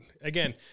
Again